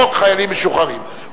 חוק חיילים משוחררים.